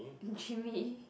Jimmy